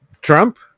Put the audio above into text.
trump